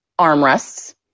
armrests